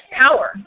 power